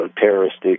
terroristic